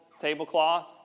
tablecloth